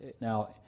Now